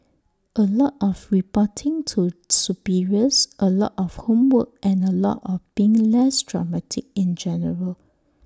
A lot of reporting to superiors A lot of homework and A lot of being less dramatic in general